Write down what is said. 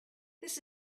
this